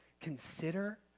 consider